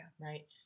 Right